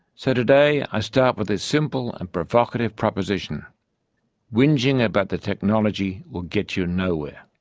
so today i start with a simple and provocative proposition whinging about the technology will get you nowhere.